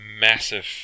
massive